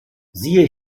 siehe